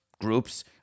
groups